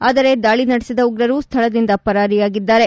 ಆದರೆ ದಾಳಿ ನಡೆಸಿದ ಉಗ್ರರು ಸ್ಥಳದಿಂದ ಪರಾರಿಯಾಗಿದ್ದಾರೆ